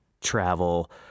travel